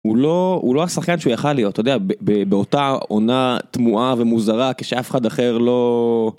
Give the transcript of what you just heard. הוא לא הוא לא השחקן שהוא יכול להיות אתה יודע באותה עונה תמוהה ומוזרה כשאף אחד אחר לא